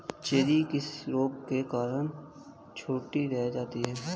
Cherry किस रोग के कारण छोटी रह जाती है?